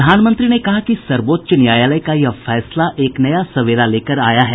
प्रधानमंत्री ने कहा कि सर्वोच्च न्यायालय का यह फैसला एक नया सबेरा लेकर आया है